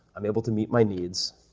i'm able to meet my needs,